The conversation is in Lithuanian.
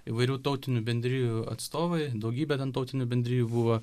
įvairių tautinių bendrijų atstovai daugybė tarptautinių bendrijų buvo